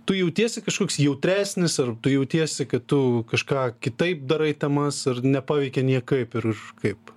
tu jautiesi kažkoks jautresnis ar tu jautiesi kad tu kažką kitaip darai temas ar nepaveikė niekaip ir kaip